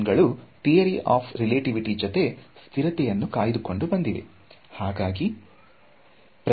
ಈ ಎಕ್ವಾಶನ್ಸ್ ಗಳು theory of relativity ಜೊತೆ ಸ್ಥಿರತೆಯನ್ನು ಕಾಯ್ದುಕೊಂಡು ಬಂದಿವೆ